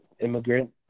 immigrant